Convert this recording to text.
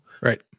Right